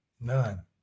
None